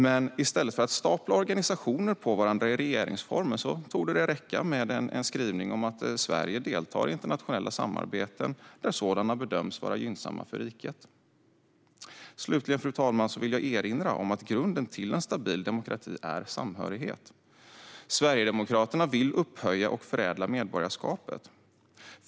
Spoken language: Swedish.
Men i stället för att stapla organisationer på varandra i regeringsformen torde det räcka med en skrivning om att Sverige deltar i internationella samarbeten där sådana bedöms vara gynnsamma för riket. Slutligen, fru talman, vill jag erinra om att grunden till en stabil demokrati är samhörighet. Sverigedemokraterna vill upphöja och förädla medborgskapet.